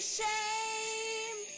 shame